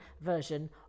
version